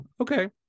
okay